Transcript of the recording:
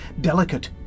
Delicate